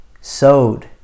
Sowed